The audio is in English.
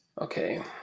Okay